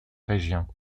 régions